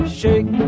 shake